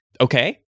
Okay